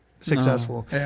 successful